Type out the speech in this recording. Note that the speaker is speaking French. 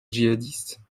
djihadistes